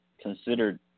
considered